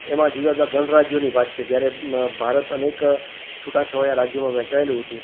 એમાં જુદા જુદા ગણ રાજ્યોની વાત છે જ્યારે ભારત અનેક છૂટાં છવાયાં રાજ્યોમાં વહેંચાયેલું હતું